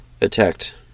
attacked